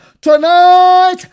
tonight